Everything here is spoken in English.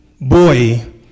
Boy